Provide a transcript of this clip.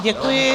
Děkuji.